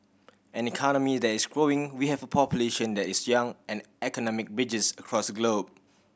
an economy that is growing we have a population that is young and economic bridges across the globe